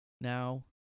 now